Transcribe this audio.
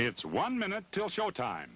it's one minute till showtime